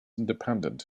independent